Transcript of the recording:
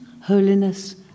holiness